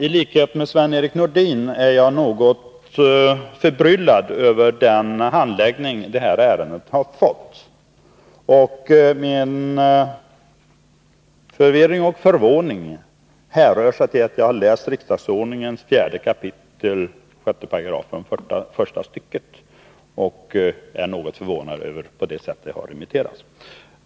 I likhet med Sven-Erik Nordin är jag något förbryllad över den handläggning ärendet har fått. Min förvirring och förvåning hänför sig till att jag har läst riksdagsordningen 4 kap. 6 § första stycket. Jag är något förvånad över det sätt på vilket ärendet har remitterats.